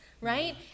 right